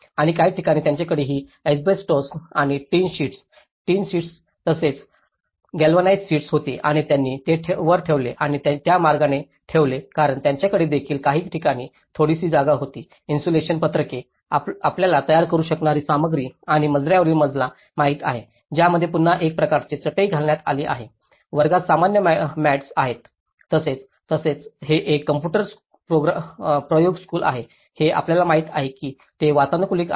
आणि काही ठिकाणी त्यांच्याकडे ही एस्बेस्टोस आणि टिन शीट्स टिन शीट्स तसेच गॅल्वनाइज्ड शीट्स होती आणि त्यांनी ते वर ठेवले आणि त्या मार्गाने ठेवले कारण त्यांच्याकडे देखील काही ठिकाणी थोडीशी जागा होती इन्सुलेशन पत्रके आपल्याला तयार करू शकणारी सामग्री आणि मजल्यावरील मजला माहित आहे ज्यामध्ये पुन्हा एक प्रकारचे चटई घालण्यात आली आहे वर्गात सामान्य मॅट्स आहेत तसेच तसेच हे एक कॉम्प्यूटर प्रयोगस्कूल आहे हे आपल्याला माहित आहे की ते वातानुकूलित आहे